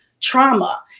trauma